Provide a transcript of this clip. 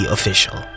Official